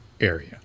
area